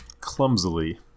clumsily